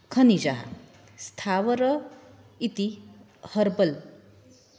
खनिजः स्थावरः इति हर्बल्